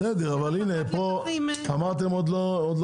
בסדר, אבל אמרתם שזה עוד לא יצא